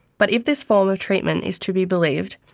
but if this form of treatment is to be believed,